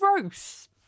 gross